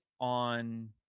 on